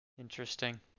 Interesting